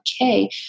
okay